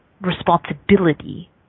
responsibility